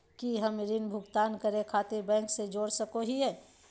की हम ऋण भुगतान करे खातिर बैंक से जोड़ सको हियै?